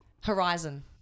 Horizon